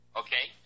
okay